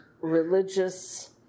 religious